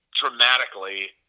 Dramatically